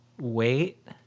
wait